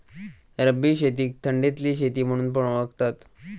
रब्बी शेतीक थंडीतली शेती म्हणून पण ओळखतत